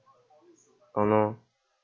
oh no